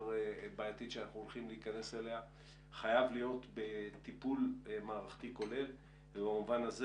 בעייתית שאנחנו הולכים להיכנס אליה חייב להיות טיפול מערכתי כולל בנושא.